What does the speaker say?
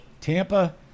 Tampa